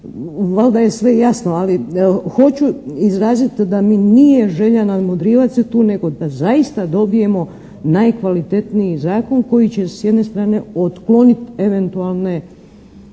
valjda je sve jasno ali hoću izrazit da mi nije želja nadmudrivat se tu nego da zaista dobijemo najkvalitetniji zakon koji će s jedne strane otklonit eventualne